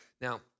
Now